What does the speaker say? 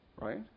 Right